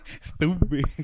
Stupid